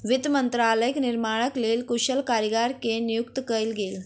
वित्त मंत्रालयक निर्माणक लेल कुशल कारीगर के नियुक्ति कयल गेल